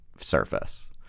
surface